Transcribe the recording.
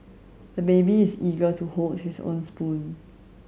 the baby is eager to hold his own spoon